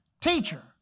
teacher